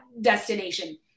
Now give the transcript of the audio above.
destination